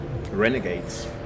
renegades